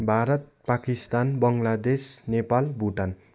Bharat Pakistan Bangladesh Nepal Bhutan